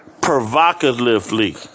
provocatively